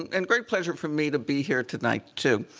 and great pleasure for me to be here tonight too.